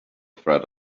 threat